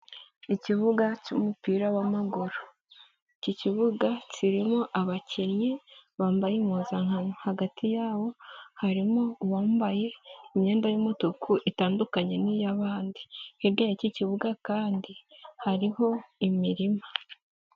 Ikibuga cy'umupira w'amaguru, iki kibuga kirimo abakinnyi bambaye impuzankano, hagati yabo harimo uwambaye imyenda y'umutuku itandukanye n'iy'abandi, hirya y'iki kibuga kandi hariho imirima.